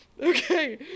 Okay